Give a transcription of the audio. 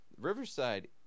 Riverside